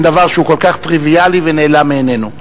דבר שהוא כל כך טריוויאלי ונעלם מעינינו.